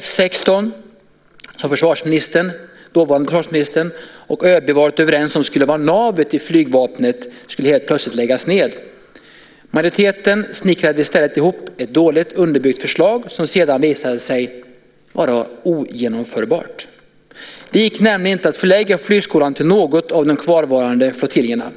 F 16, som dåvarande försvarsministern och ÖB varit överens om skulle vara navet i flygvapnet, skulle helt plötsligt läggas ned. Majoriteten snickrade i stället ihop ett dåligt underbyggt förslag som sedan visade sig vara ogenomförbart. Det gick nämligen inte att förlägga flygskolan till någon av de kvarvarande flottiljerna.